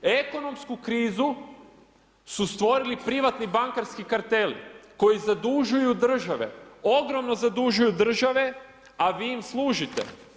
Ekonomsku krizu su stvorili privatni bankarski karteli, koji zadužuju države, ogromno zadužuju države, a vi im služite.